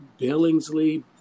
Billingsley